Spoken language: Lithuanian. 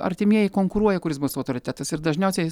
artimieji konkuruoja kuris bus autoritetas ir dažniausiai